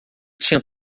tinha